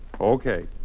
okay